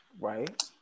Right